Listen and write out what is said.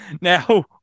now